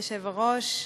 אדוני היושב-ראש,